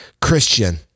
Christian